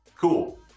Cool